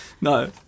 No